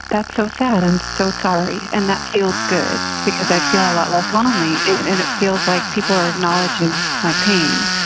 that's so sad. i'm so sorry. and that feels good because i feel a lot less lonely and it feels like people are acknowledging my pain.